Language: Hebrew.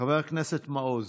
חבר הכנסת מעוז,